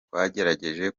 twagerageje